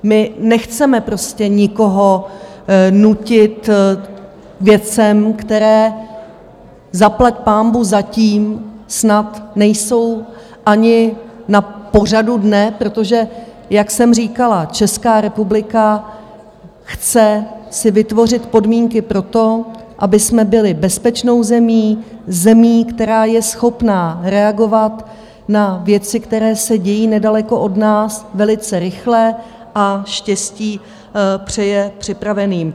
My nechceme nikoho nutit k věcem, které, zaplaťpánbůh zatím, snad nejsou ani na pořadu dne, protože jak jsem říkala, Česká republika chce si vytvořit podmínky pro to, abychom byli bezpečnou zemí, zemí, která je schopná reagovat na věci, které se dějí nedaleko od nás, velice rychle, a štěstí přeje připraveným.